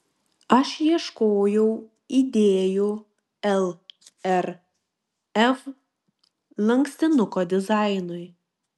aš ieškojau idėjų lrv lankstuko dizainui